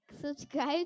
subscribe